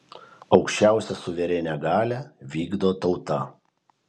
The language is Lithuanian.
aukščiausią suverenią galią vykdo tauta